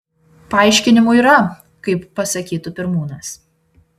paaiškinimų yra kaip pasakytų pirmūnas